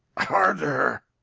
harder!